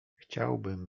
chciałbym